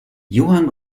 johann